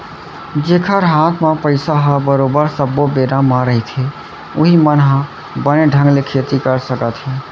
जेखर हात म पइसा ह बरोबर सब्बो बेरा म रहिथे उहीं मन ह बने ढंग ले खेती कर सकत हे